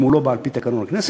אם הוא לא בא על-פי תקנון הכנסת.